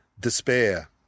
Despair